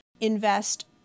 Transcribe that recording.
invest